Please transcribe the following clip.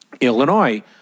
Illinois